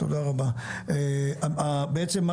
בעצם,